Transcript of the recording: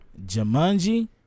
Jumanji